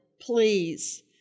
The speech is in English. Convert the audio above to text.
Please